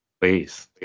Please